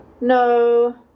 No